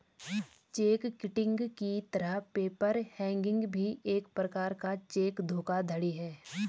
check kiting की तरह paper hanging भी एक प्रकार का चेक धोखाधड़ी है